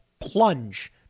plunge